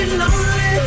lonely